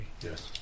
yes